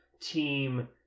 team